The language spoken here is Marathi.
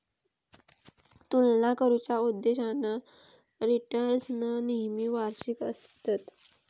तुलना करुच्या उद्देशान रिटर्न्स नेहमी वार्षिक आसतत